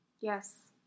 Yes